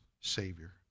Savior